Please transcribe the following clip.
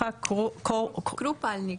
קרופלניק.